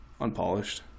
Unpolished